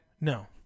No